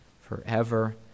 forever